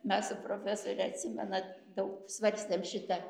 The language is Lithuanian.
mes su profesore atsimenat daug svarstėm šitą